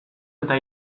eta